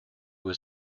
was